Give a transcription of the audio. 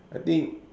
I think